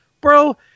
bro